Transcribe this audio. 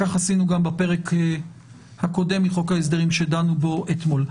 כך עשינו גם בפרק הקודם מחוק ההסדרים שדנו בו אתמול.